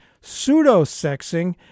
pseudo-sexing